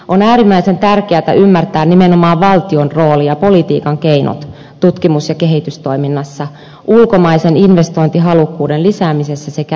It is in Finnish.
on äärimmäisen tärkeätä ymmärtää nimenomaan valtion rooli ja politiikan keinot tutkimus ja kehitystoiminnassa ulkomaisen investointihalukkuuden lisäämisessä sekä innovaatiorahoituksessa